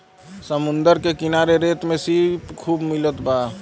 समुंदर के किनारे रेत में सीप खूब मिलत बा